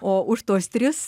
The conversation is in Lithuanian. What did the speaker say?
o už tuos tris